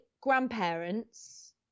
grandparents